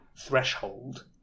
threshold